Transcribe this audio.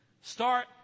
Start